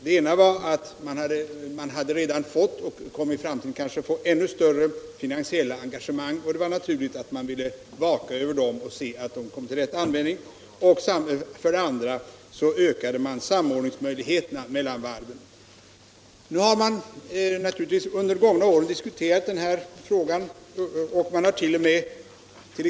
Det ena var att man redan bundit sig för stora finansiella engagemang och i framtiden kanske måste göra det i ännu större utsträckning, och det var då naturligt att vaka över dem och se till att pengarna kom till rätt användning. Det andra var att man ökade samordningsmöjligheterna mellan varven. Under de gångna åren har den här frågan naturligtvis diskuterats.